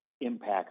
impacts